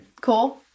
Cool